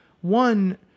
One